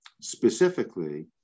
specifically